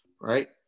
right